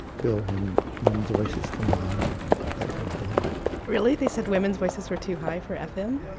bill when women's voices come on, and that kind of thing really they said women's voices were too high for fm? yeah